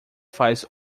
faz